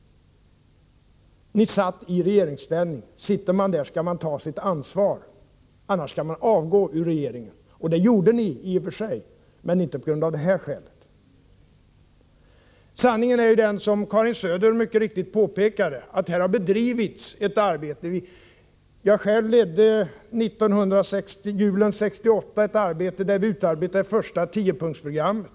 Ni satt i regeringsställning, och då skall man ta sitt ansvar. Annars skall man avgå ur regeringen. Det gjorde ni i och för sig också, men inte på grund av detta. Sanningen är, som Karin Söder mycket riktigt har påpekat, att det har bedrivits ett arbete. Själv ledde jag under julen 1968 ett arbete med att utarbeta det första tiopunktsprogrammet.